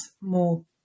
more